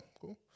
cool